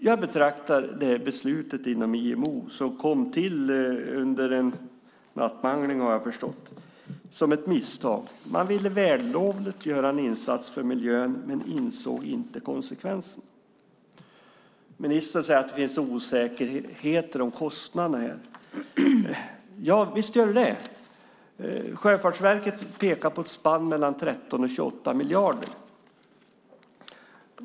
Jag betraktar beslutet inom IMO, som vad jag har förstått fattades under en nattmangling, som ett misstag. Man ville vällovligt göra en insats för miljön men insåg inte konsekvensen. Ministern säger att det finns osäkerheter om kostnaderna. Visst finns det. Sjöfartsverket pekar på ett spann mellan 13 och 28 miljarder.